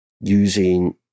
using